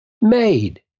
made